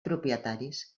propietaris